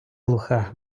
глуха